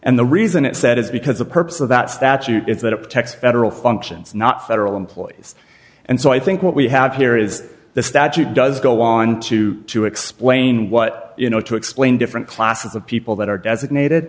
and the reason it said is because the purpose of that statute is that it protects federal functions not federal employees and so i think what we have here is the statute does go on to explain what you know to explain different classes of people that are designated